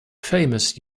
famous